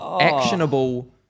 actionable